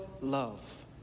love